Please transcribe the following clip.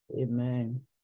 Amen